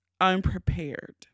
unprepared